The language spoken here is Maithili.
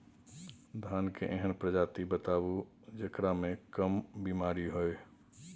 धान के एहन प्रजाति बताबू जेकरा मे कम बीमारी हैय?